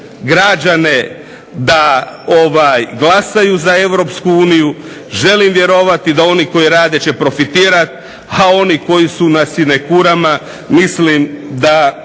građane da glasaju za EU. Želim vjerovati da oni koji rade će profitirati, a oni koji su na sinekurama mislim da